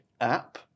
app